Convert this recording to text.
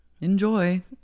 Enjoy